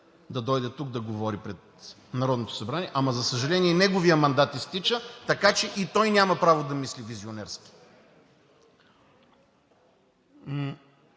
да дойде тук, в Народното събрание, ама, за съжаление и неговият мандат изтича, така че и той няма право да мисли визионерски.